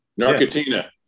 Narcotina